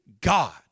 God